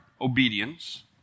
obedience